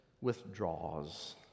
withdraws